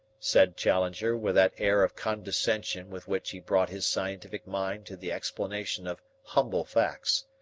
said challenger with that air of condescension with which he brought his scientific mind to the explanation of humble facts.